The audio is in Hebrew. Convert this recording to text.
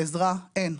עזרה אין.